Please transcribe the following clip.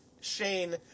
Shane